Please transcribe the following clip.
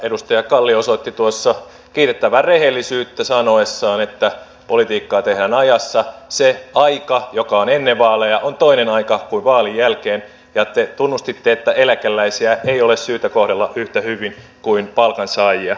edustaja kalli osoitti kiitettävää rehellisyyttä sanoessaan että politiikkaa tehdään ajassa se aika joka on ennen vaaleja on toinen aika kuin vaalien jälkeen ja te tunnustitte että eläkeläisiä ei ole syytä kohdella yhtä hyvin kuin palkansaajia